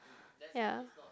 ya